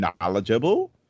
knowledgeable